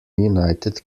united